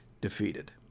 defeated